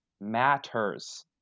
matters